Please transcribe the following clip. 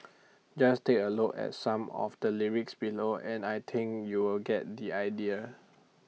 just take A look at some of the lyrics below and I think you'll get the idea